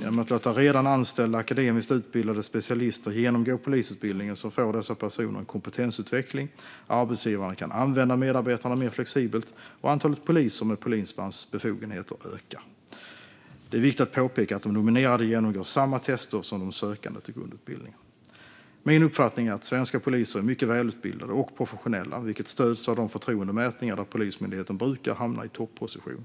Genom att låta redan anställda akademiskt utbildade specialister genomgå polisutbildningen får dessa personer en kompetensutveckling, arbetsgivaren kan använda medarbetarna mer flexibelt och antalet poliser med polismans befogenheter ökar. Det är viktigt att påpeka att de nominerade genomgår samma tester som de sökande till grundutbildningen. Min uppfattning är att svenska poliser är mycket välutbildade och professionella, vilket stöds av de förtroendemätningar där Polismyndigheten brukar hamna i topposition.